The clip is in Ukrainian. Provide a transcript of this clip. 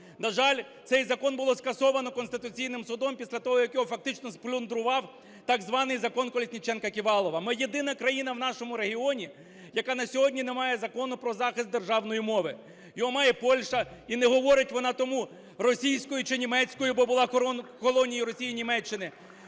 На жаль, цей закон було скасовано Конституційним Судом після того, як його фактично сплюндрував так званий Закон Колесніченка-Ківалова. Ми єдина країна в нашому регіоні, яка на сьогодні не має Закону про захист державної мови. Його має Польща і не говорить вона тому російською чи німецькою, бо була колонією Росії, Німеччини.